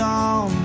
on